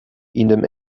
indem